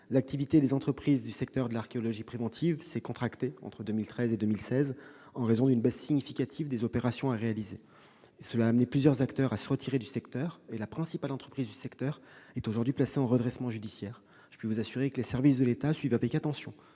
l'activité des entreprises du secteur de l'archéologie préventive s'est contractée entre 2013 et 2016, en raison d'une baisse significative des opérations à réaliser. Cette situation a conduit plusieurs acteurs à se retirer, et la principale entreprise du secteur est aujourd'hui placée en redressement judiciaire. Je peux vous assurer que les services de l'État suivent avec attention